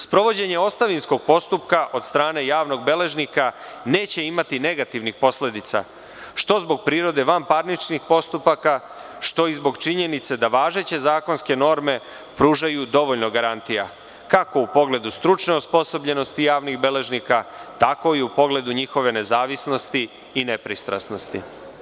Sprovođenje ostavinskog postupka od strane javnog beležnika neće imati negativnih posledica, što zbog prirode vanparničnih postupaka, što i zbog činjenice da važeće zakonske norme pružaju dovoljno garantija, kako u pogledu stručne osposobljenosti javnih beležnika, tako i u pogledu njihove nezavisnosti i nepristrasnosti.